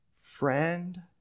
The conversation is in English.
Friend